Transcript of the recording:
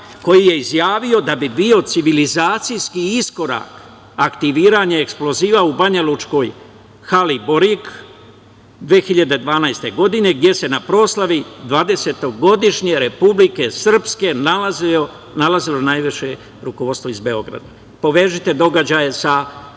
koji je izjavio da bi bio civilazacijski iskorak aktiviranje eksploziva u banjalučkoj hali Borik 2012. godine, gde se na proslavi dvadesetogodišnje Republike Srpske nalazilo najviše rukovodstvo iz Beograda. Povežite događaje sa